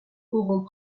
auront